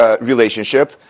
relationship